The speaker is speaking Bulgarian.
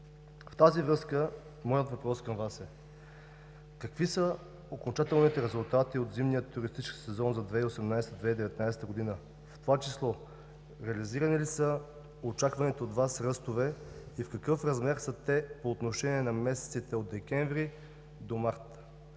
В тази връзка моят въпрос към Вас е: какви са окончателните резултати от зимния туристически сезон за 2018 – 2019 г., в това число реализирани ли са очакваните от Вас ръстове, в какъв размер са те по отношение на месеците от декември до март?